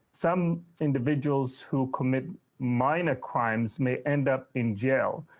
some individuals who committed minor crimes may end up in jail.